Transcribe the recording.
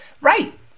Right